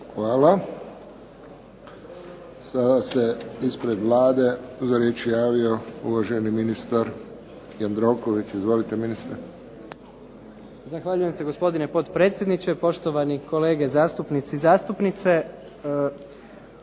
Hvala. Sada se ispred Vlade za riječ javio uvaženi ministar Jandroković. Izvolite ministre. **Jandroković, Gordan (HDZ)** Zahvaljujem se gospodine potpredsjedniče, poštovani kolege zastupnici i zastupnice.